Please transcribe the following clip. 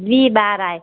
वीह ॿार आहे